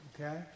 okay